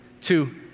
two